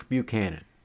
Buchanan